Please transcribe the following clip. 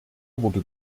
wurde